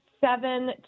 seven